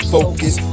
Focus